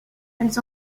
elles